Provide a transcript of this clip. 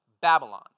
Babylon